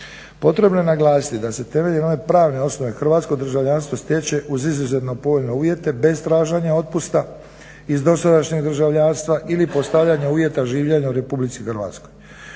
Potrebno je naglasiti da se temeljem … pravne osnove hrvatsko državljanstvo stječe uz izuzetno povoljne uvjete bez traženja otpusta iz dosadašnjeg državljanstva ili postavljanja uvjeta življenja u RH. Postavlja